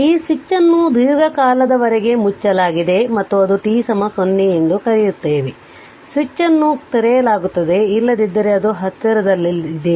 ಈ ಸ್ವಿಚ್ ಅನ್ನು ದೀರ್ಘಕಾಲದವರೆಗೆ ಮುಚ್ಚಲಾಗಿದೆ ಮತ್ತು ಅದು t 0 ಎಂದು ಕರೆಯುತ್ತದೆ ಸ್ವಿಚ್ ಅನ್ನು ತೆರೆಯಲಾಗುತ್ತದೆ ಇಲ್ಲದಿದ್ದರೆ ಅದು ಹತ್ತಿರದಲ್ಲಿದೆ